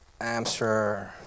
Amsterdam